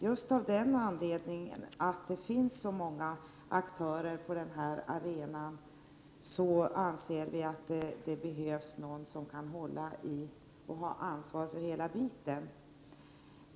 Just av den anledningen att det finns så många aktörer på den här arenan anser vi att det behövs någon som kan ha ansvar för helheten.